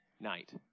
night